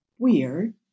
Weird